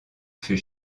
fut